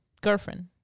girlfriend